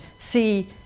see